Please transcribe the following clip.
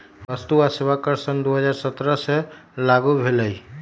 वस्तु आ सेवा कर सन दू हज़ार सत्रह से लागू भेलई